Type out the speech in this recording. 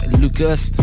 Lucas